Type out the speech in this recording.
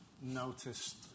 noticed